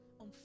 on